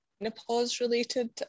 menopause-related